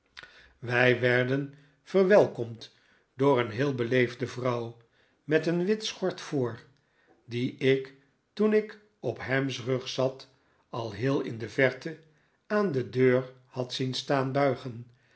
wij werden verwelkomd door een heel beleefde vrouw met een wit schort voor die ik toen ik op ham's rug zat al heel in de verte aan de deur had zien staan buigen